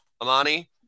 Amani